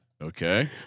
okay